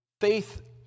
Faith